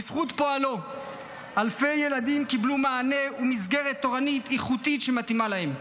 בזכות פועלו אלפי ילדים קיבלו מענה ומסגרת תורנית איכותית שמתאימה להם.